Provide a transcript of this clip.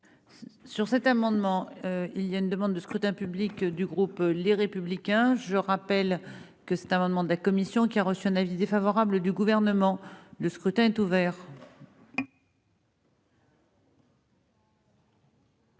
Sur cet amendement, il y a une demande de scrutin public du groupe, les républicains, je rappelle que cet amendement de la commission qui a reçu un avis défavorable du gouvernement, le scrutin est ouvert.